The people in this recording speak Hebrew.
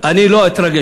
אני לא אתרגש,